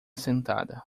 sentada